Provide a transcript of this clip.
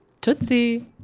Tootsie